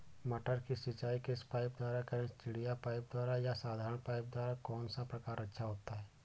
मटर की सिंचाई किस पाइप द्वारा करें चिड़िया पाइप द्वारा या साधारण पाइप द्वारा कौन सा प्रकार अच्छा होता है?